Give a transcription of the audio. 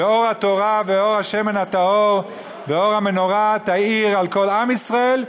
ואור התורה ואור השמן הטהור ואור המנורה יאיר על כל עם ישראל,